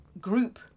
group